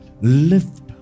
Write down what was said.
Lift